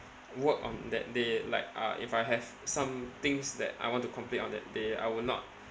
work on that day like uh if I have some things that I want to complete on that day I will not